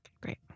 great